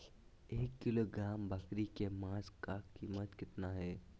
एक किलोग्राम बकरी के मांस का कीमत कितना है?